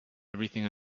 everything